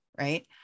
Right